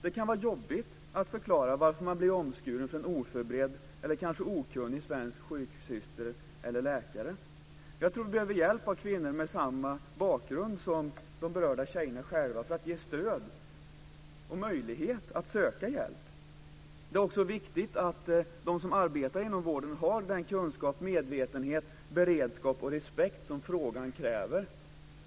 Det kan vara jobbigt att för en oförberedd eller kanske okunnig svensk sjuksyster eller läkare förklara varför de har blivit omskurna. Jag tror att vi behöver hjälp från kvinnor med samma bakgrund som de berörda tjejerna för att de ska ges stöd och möjlighet att söka hjälp. Det är också viktigt att de som arbetar inom vården har den kunskap, medvetenhet, beredskap och respekt som frågan kräver.